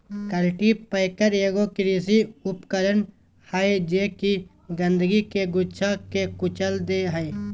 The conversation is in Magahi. कल्टीपैकर एगो कृषि उपकरण हइ जे कि गंदगी के गुच्छा के कुचल दे हइ